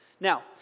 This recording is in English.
Now